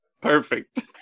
Perfect